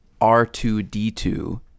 R2D2